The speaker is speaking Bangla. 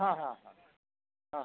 হ্যাঁ হ্যাঁ হ্যাঁ হ্যাঁ